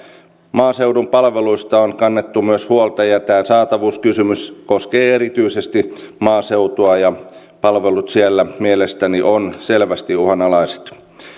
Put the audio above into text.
maaseudun palveluista on kannettu myös huolta ja tämä saatavuuskysymys koskee erityisesti maaseutua palvelut siellä mielestäni ovat selvästi uhanalaiset